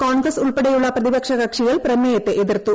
കോൺഗ്രസ് ഉൾപ്പെടെയുള്ള പ്രതിപക്ഷ കക്ഷികൾ പ്രമേയത്തെ എതിർത്തു